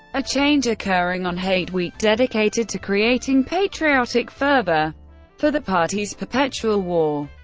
a change occurring on hate week, dedicated to creating patriotic fervour for the party's perpetual war.